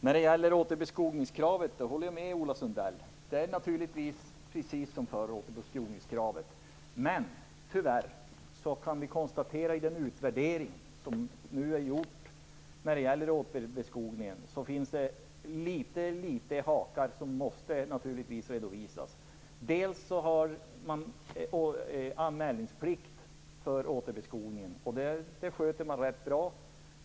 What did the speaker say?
När det gäller återbeskogningskravet håller jag med Ola Sundell. Det är naturligtvis precis som förr när det gäller återbeskogningskravet. Men tyvärr kan vi i den utvärdering som är gjord när det gäller återbeskogningen konstatera att det finns några hakar som måste redovisas. Man har anmälningsplikt för återbeskogningen. Det sköts rätt bra.